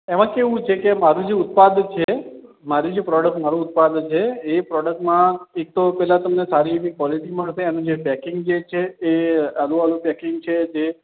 એમાં કેવું છે કે મારું જે ઉત્પાદન છે મારી જે પ્રોડક્ટ મારું ઉત્પાદન છે એ પ્રોડક્ટમાં એક તો પહેલાં તમને સારી એવી ક્વૉલિટી મળશે અને એનું જે પૅકિંગ જે છે એ સારુંવાળું પૅકિંગ છે જે